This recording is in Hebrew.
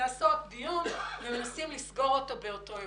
לקיים דיון ומנסים לסגור אותו באותו יום.